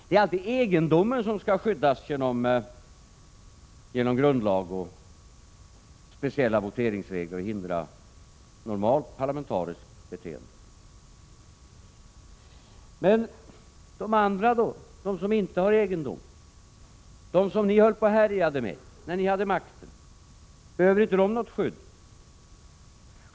Det är alltid egendomen som skall skyddas genom grundlag och speciella voteringsregler hindrar normalt parlamentariskt beteende. Men de andra då — de som inte har egendom, de som ni höll på att härja med när ni hade makten — behöver inte de något skydd?